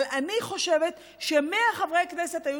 אבל אני חושבת ש-100 חברי כנסת היו